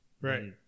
Right